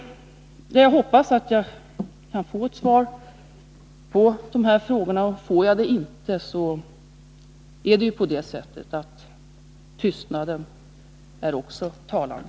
Jag hoppas att jag kan få ett svar på de här frågorna. Får jag det inte, så är det ju ändock så att också tystnaden är talande.